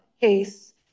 case